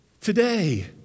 today